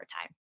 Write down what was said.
time